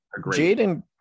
Jaden